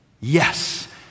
yes